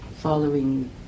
following